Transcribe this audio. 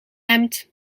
hemd